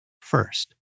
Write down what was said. First